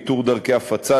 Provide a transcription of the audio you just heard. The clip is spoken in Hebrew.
איתור דרכי הפצה,